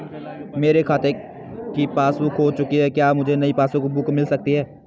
मेरे खाते की पासबुक बुक खो चुकी है क्या मुझे नयी पासबुक बुक मिल सकती है?